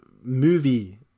movie